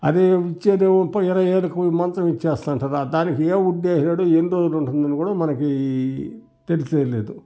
అదే ఇచ్చేదే ఇరవైవేలకి ఒక మంచం ఇచ్చేస్తుంటారు దానికి ఎం వుడ్డు వేసాడో ఎన్ని రోజులుంటుందో మనకి ఈ తెలిసేది లేదు